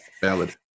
Valid